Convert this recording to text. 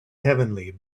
heavenly